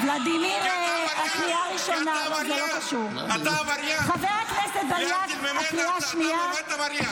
להבדיל ממנה, אתה באמת עבריין.